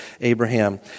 Abraham